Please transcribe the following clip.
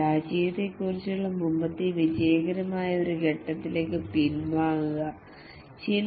പരാജയത്തെക്കുറിച്ചുള്ള മുമ്പത്തെ വിജയകരമായ ഒരു ഘട്ടത്തിലേക്ക്" പിൻവാങ്ങുക "